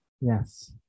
yes